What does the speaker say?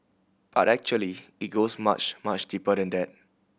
but actually it goes much much deeper than that